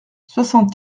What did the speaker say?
soixante